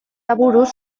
aburuz